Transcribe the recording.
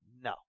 No